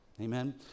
Amen